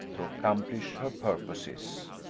to accomplish her purposes.